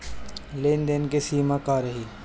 लेन देन के सिमा का रही?